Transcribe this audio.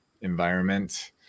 environment